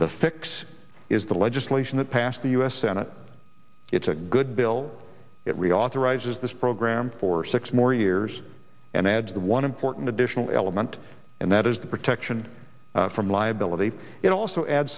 the fix is the legislation that passed the u s senate it's a good bill it reauthorizes this program for six more years and adds the one important additional element and that is the protection from liability it also add